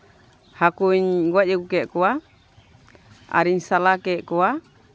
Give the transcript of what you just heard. ᱦᱟᱹᱠᱩᱧ ᱜᱚᱡ ᱟᱹᱜᱩ ᱠᱮᱜ ᱠᱚᱣᱟ ᱟᱨᱤᱧ ᱥᱟᱞᱟ ᱠᱮᱜ ᱠᱚᱣᱟ